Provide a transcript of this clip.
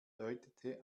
deutete